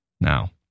Now